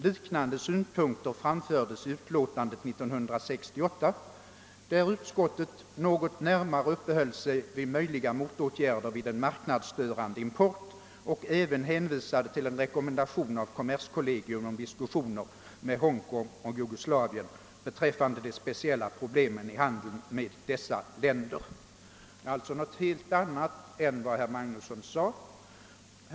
Liknande synpunkter framfördes i utlåtandet 1968, där utskottet något närmare uppehöll sig vid möjliga motåtgärder vid en marknadsstörande import och även hänvisade till en rekommendation av kommerskollegium om diskussioner med Hongkong och Jugoslavien beträffande de speciella problemen i handeln med dessa länder.> Det är något helt annat än vad herr Magnusson gjorde gällande.